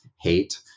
hate